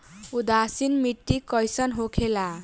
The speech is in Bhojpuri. उदासीन मिट्टी कईसन होखेला?